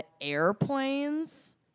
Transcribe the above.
airplanes